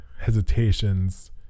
hesitations